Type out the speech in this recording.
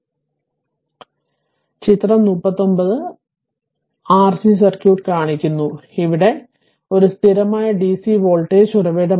അതിനാൽ ചിത്രം 39 ഇത് ചിത്രം 39 വലത് ആർസി സർക്യൂട്ട് കാണിക്കുന്നു ഇവിടെ വി s ഒരു സ്ഥിരമായ ഡിസി വോൾട്ടേജ് ഉറവിടമാണ്